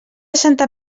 santa